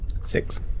Six